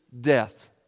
death